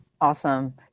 Awesome